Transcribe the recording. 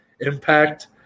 impact